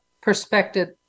perspective